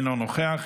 אינו נוכח,